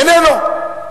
איננו.